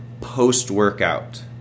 post-workout